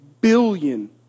billion